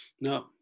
No